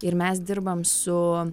ir mes dirbam su